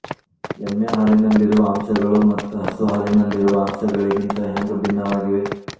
ಎಮ್ಮೆ ಹಾಲಿನಲ್ಲಿರುವ ಅಂಶಗಳು ಮತ್ತ ಹಸು ಹಾಲಿನಲ್ಲಿರುವ ಅಂಶಗಳಿಗಿಂತ ಹ್ಯಾಂಗ ಭಿನ್ನವಾಗಿವೆ?